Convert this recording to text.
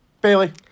Bailey